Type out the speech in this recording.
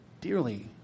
dearly